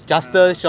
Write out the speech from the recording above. ya